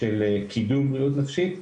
של קידום בריאות נפשית,